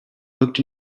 looked